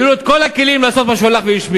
היו לו את כל הכלים לעשות, והוא הלך והשמיץ.